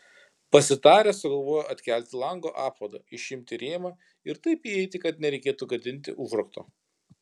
pasitarę sugalvojo atkelti lango apvadą išimti rėmą ir taip įeiti kad nereikėtų gadinti užrakto